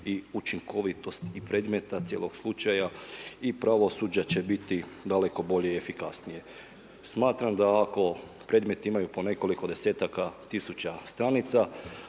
i učinkovitost i predmeta cijelog slučaja i pravosuđa će biti daleko bolje i efikasnije. Smatram da ako predmeti imaju po nekoliko desetaka tisuća stranica